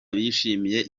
bishimiye